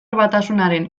batasunaren